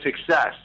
success